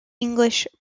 english